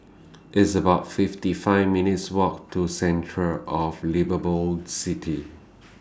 It's about fifty five minutes' Walk to Centre of Liveable Cities